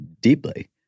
deeply